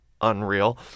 unreal